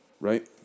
right